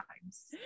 times